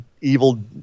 evil